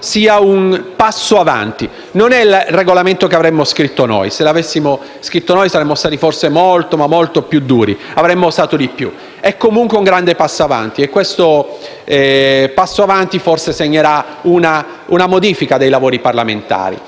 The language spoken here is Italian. sia un passo avanti. Non è il Regolamento che avremmo scritto noi: se lo avessimo scritto noi saremmo stati forse molto più duri e avremmo osato di più. È comunque un grande passo in avanti che forse segnerà una modifica dei lavori parlamentari